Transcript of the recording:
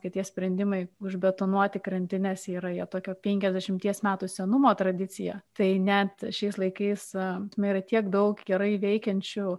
kai tie sprendimai užbetonuoti krantines yra jie tokio penkiasdešimties metų senumo tradicija tai net šiais laikais ta prasme yra tiek daug gerai veikiančių